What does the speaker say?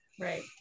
Right